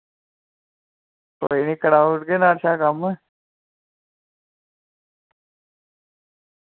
कोई निं कराई ओड़गे आं नुहाड़े शा कम्म